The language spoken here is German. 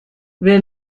wer